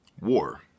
War